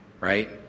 Right